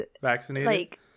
vaccinated